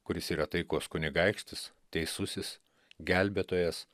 kuris yra taikos kunigaikštis teisusis gelbėtojas